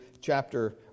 chapter